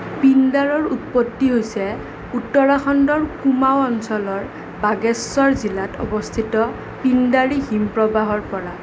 পিণ্ডাৰৰ উৎপত্তি হৈছে উত্তৰাখণ্ডৰ কুমাও অঞ্চলৰ বাগেশ্বৰ জিলাত অৱস্থিত পিণ্ডাৰী হিম প্ৰবাহৰ পৰা